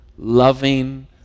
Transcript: Loving